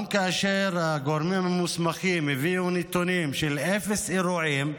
גם כאשר הגורמים המוסמכים הביאו נתונים של אפס אירועים,